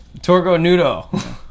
Torgonudo